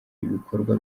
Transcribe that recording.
ibikorwa